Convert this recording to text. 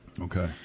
Okay